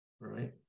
right